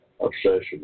obsession